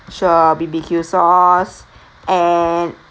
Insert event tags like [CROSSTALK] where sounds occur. sure B_B_Q sauce [BREATH] and